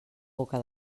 boca